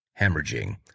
hemorrhaging